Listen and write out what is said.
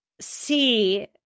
see